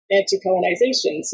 anti-colonization